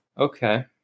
Okay